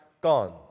gone